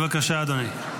,בבקשה אדוני.